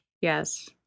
Yes